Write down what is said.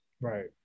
Right